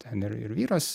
ten ir ir vyras